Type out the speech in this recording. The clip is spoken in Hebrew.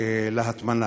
להטמנה.